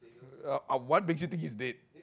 uh uh what makes you think it's dead